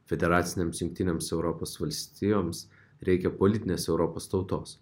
federacinėms jungtinėms europos valstijoms reikia politinės europos tautos